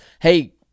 hey